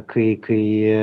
kai kai